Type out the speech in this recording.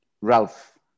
Ralph